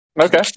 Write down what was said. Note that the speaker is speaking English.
Okay